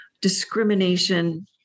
discrimination